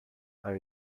are